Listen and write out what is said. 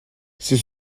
c’est